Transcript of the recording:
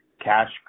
Cash